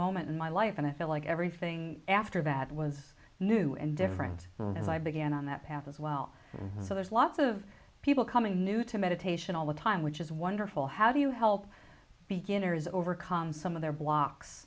moment in my life and i feel like everything after that with new and different and i began on that path as well so there's lots of people coming new to meditation all the time which is wonderful how do you help beginners overcome some of their blocks